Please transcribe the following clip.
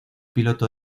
piloto